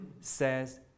says